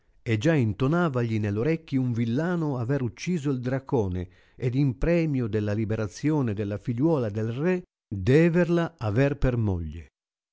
e già intonavagli nell'orecchi un villano aver ucciso il dracene ed in premio della liberazione della figliuola del re deverla aver per moglie